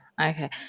okay